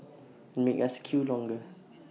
and make us queue longer